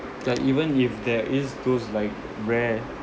like even if there is those like rare